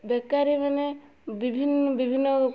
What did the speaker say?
ବେକାରୀ ମାନେ ବିଭିନ୍ନ ବିଭିନ୍ନ